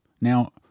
Now